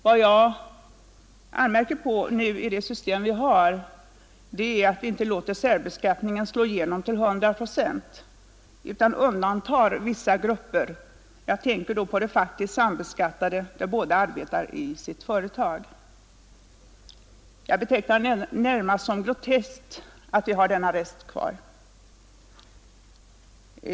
Vad jag anmärker mot det system vi har är att vi inte låter särbeskattningen slå igenom till hundra procent, utan undantar vissa grupper. Jag tänker då på de faktiskt sambeskattade där båda makarna arbetar i sitt företag. Jag betecknar det närmast som groteskt att vi har denna rest kvar.